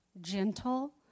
gentle